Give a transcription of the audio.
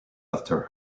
after